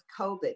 COVID